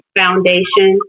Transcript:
foundation